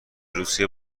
روسیه